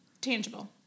tangible